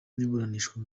ruburanishwa